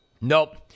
Nope